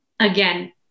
Again